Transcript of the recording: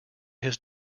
his